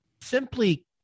simply